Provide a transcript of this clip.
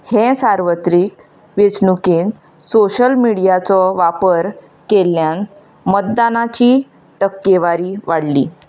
हे सार्वत्रीक वेचणुकेंत सोशियल मिडियाचो वापर केल्ल्यान मतदानाची ठक्केवारी वाडली